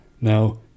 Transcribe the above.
Now